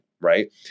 right